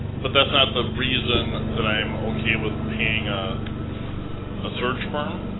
but that's not the reason that i'm okay with paying ah a search firm.